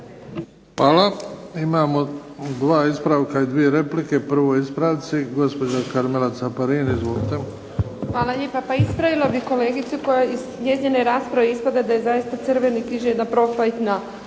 Hvala. Imamo dva ispravka i dvije replike. Prvo ispravci. Gospođa Karmela Caparin. Izvolite. **Caparin, Karmela (HDZ)** Hvala lijepa. Pa ispravila bih kolegicu koja, iz njezine rasprave ispada da je zaista Crveni križ jedna profitna